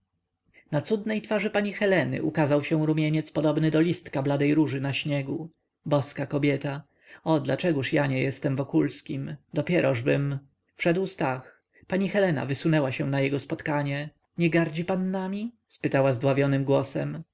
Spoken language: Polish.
na cudnej twarzy pani heleny ukazał się rumieniec podobny do listka bladej róży na śniegu boska kobieta o dlaczegoż ja nie jestem wokulskim dopierożbym wszedł stach pani helena wysunęła się na jego spotkanie nie gardzi pan nami spytała zdławionym głosem